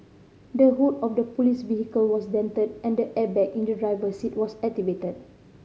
the hood of the police vehicle was dented and the airbag in the driver's seat was activated